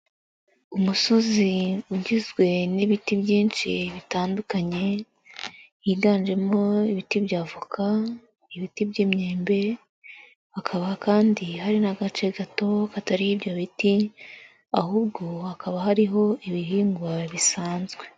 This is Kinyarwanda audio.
Umusozi ugizwe n'ibiti byinshi bitandukanye higanjemo ibiti bya avoka, ibiti by'imyembe, hakaba kandi hari n'agace gato katariho ibyo biti ahubwo hakaba hariho ibihingwa bisanzwe.